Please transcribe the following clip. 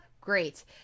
great